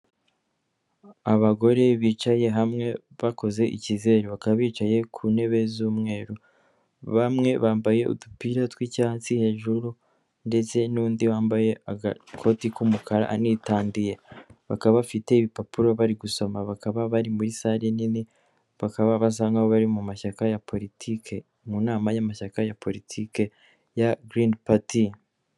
abagore bicaye hamwe bakoze ikizere, bakaba bicaye ku ntebe z'umweru, bamwe bambaye udupira tw'icyatsi hejuru ndetse n'undi wambaye agakoti k'umukara anitandiye, bakaba bafite ibipapuro bari gusoma, bakaba bari muri sare nini, bakaba basa nk'aho bari mu mashyaka ya politike, mu nama y'amashyaka ya politike ya girini pati.